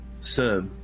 Sir